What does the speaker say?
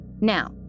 Now